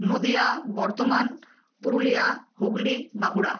Nadia Bardhaman Purulia Hooghly Bankura